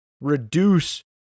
reduce